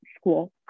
school